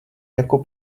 jako